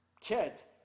kids